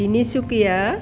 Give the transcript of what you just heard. Tinsukia